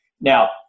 Now